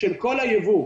של כל הייבוא.